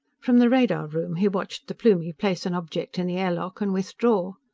from the radar room he watched the plumie place an object in the air lock and withdraw.